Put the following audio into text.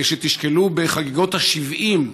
שתשקלו בחגיגות ה-70,